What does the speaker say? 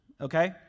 okay